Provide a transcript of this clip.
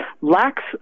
lacks